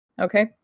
okay